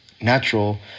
natural